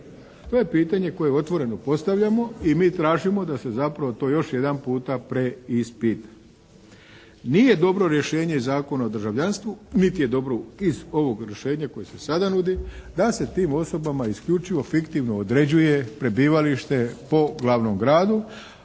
To je pitanje koje otvoreno postavljamo i mi tražimo da se zapravo to još jedanputa preispita. Nije dobro rješenje Zakona o državljanstvu niti je dobro iz ovog rješenja koje se sada nudi da se tim osobama isključivo fiktivno određuje prebivalište po glavnom gradu,